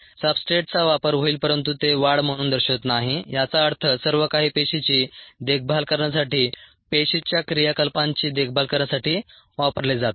सब्सट्रेटचा वापर होईल परंतु ते वाढ म्हणून दर्शवत नाही याचा अर्थ सर्वकाही पेशीची देखभाल करण्यासाठी पेशीच्या क्रियाकलापांची देखभाल करण्यासाठी वापरले जात आहे